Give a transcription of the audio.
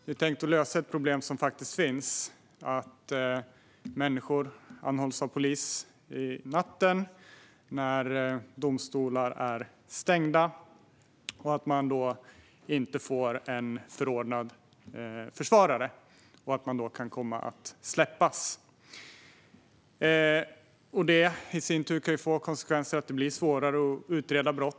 Det ska lösa ett problem som faktiskt finns, nämligen att människor som anhålls av polis på natten när domstolar är stängda inte får en förordnad försvarare och då kan komma att släppas. Det kan i sin tur få konsekvensen att det blir svårare att utreda brott.